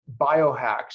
biohacks